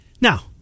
Now